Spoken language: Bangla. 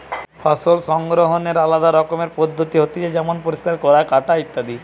ফসল সংগ্রহনের আলদা রকমের পদ্ধতি হতিছে যেমন পরিষ্কার করা, কাটা ইত্যাদি